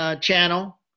channel